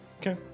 Okay